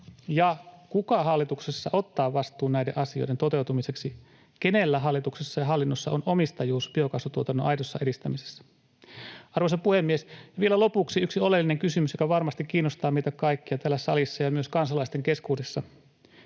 Ja kuka hallituksessa ottaa vastuun näiden asioiden toteutumiseksi? Kenellä hallituksessa ja hallinnossa on omistajuus biokaasutuotannon aidossa edistämisessä? Arvoisa puhemies! Vielä lopuksi yksi oleellinen kysymys, joka varmasti kiinnostaa meitä kaikkia täällä salissa ja myös kansalaisten keskuudessa